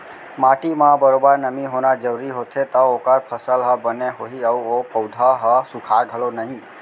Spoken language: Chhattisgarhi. माटी म बरोबर नमी होना जरूरी होथे तव ओकर फसल ह बने होही अउ ओ पउधा ह सुखाय घलौ नई